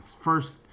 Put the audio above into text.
first